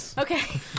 Okay